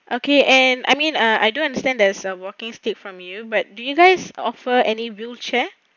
okay and I mean uh I do understand there's a walking stick from you but do you guys offer any wheelchair